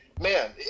man